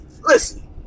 listen